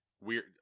Weird